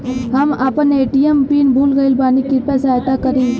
हम आपन ATM PIN भूल गईल बानी कृपया सहायता करी